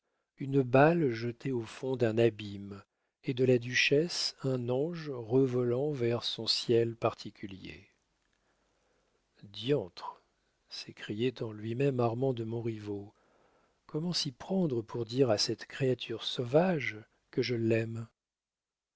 une balle jetée au fond d'un abîme et de la duchesse un ange revolant vers son ciel particulier diantre s'écriait en lui-même armand de montriveau comment s'y prendre pour dire à cette créature sauvage que je l'aime